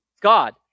God